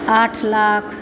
आठ लाख